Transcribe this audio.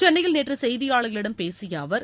சென்னையில் நேற்று செய்தியாளர்களிடம் பேசிய அவர்